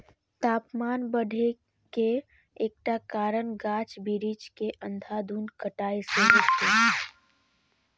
तापमान बढ़े के एकटा कारण गाछ बिरिछ के अंधाधुंध कटाइ सेहो छै